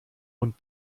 und